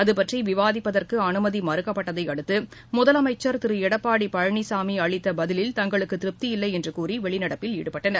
அதுபற்றி விவாதிப்பதற்கு அனுமதி மறுக்கப்பட்டதை அடுத்து முதலனமச்சர் திரு எடப்பாடி பழனிசாமி அளித்த பதிலில் தாய்களுக்கு திருப்தி இல்லை என்று கூறி வெளிநடப்பில் ஈடுபட்டனர்